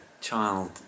child